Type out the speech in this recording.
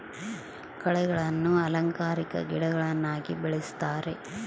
ಕಳೆಗಳನ್ನ ಅಲಂಕಾರಿಕ ಗಿಡಗಳನ್ನಾಗಿ ಬೆಳಿಸ್ತರೆ